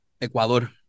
Ecuador